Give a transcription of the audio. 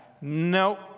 Nope